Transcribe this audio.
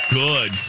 good